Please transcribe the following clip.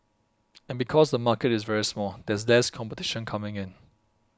and because the market is very small there's less competition coming in